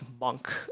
monk